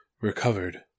recovered